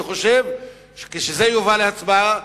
אני חושב שכשזה יובא להצבעה,